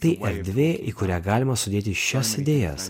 tai erdvė į kurią galima sudėti šias idėjas